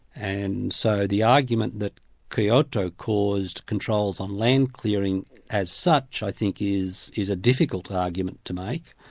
and so the argument that kyoto caused controls on land clearing as such, i think is is a difficult argument to make.